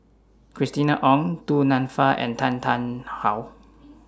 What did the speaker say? Christina Ong Du Nanfa and Tan Tarn How